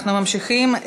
אנחנו ממשיכים.